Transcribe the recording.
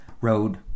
road